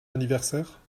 anniversaire